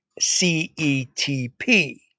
CETP